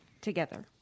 together